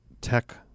tech